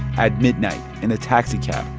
at midnight in a taxicab,